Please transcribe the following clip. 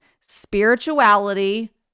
spirituality